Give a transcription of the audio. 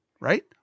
right